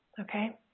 Okay